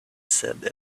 said